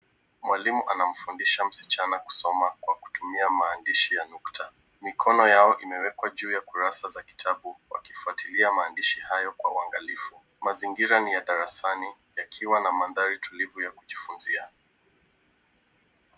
Mwalimu anamfundisha msichana kusoma kwa kutumia maandishi ya nukta. Mikono yao imewekwa juu ya kurasa za vitabu wakifuatilia maandishi hayo kwa uangalifu. Mazingira ni ya darasani yakiwa na mandhari tulivu ya kujifunzia.